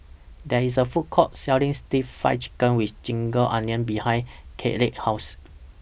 There IS A Food Court Selling Stir Fried Chicken with Ginger Onions behind Kaylene's House